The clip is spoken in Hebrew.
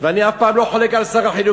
ואני אף פעם לא חולק על שר החינוך,